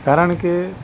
કારણ કે